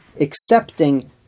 accepting